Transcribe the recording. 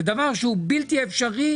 זה דבר שהוא בלתי אפשרי,